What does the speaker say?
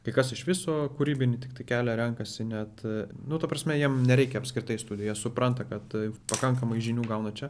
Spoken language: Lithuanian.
kai kas iš viso kūrybinį tiktai kelią renkasi net nu ta prasme jiem nereikia apskritai studijų jie supranta kad pakankamai žinių gauna čia